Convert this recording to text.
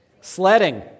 sledding